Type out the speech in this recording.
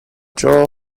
john